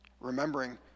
remembering